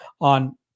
on